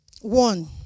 one